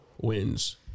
wins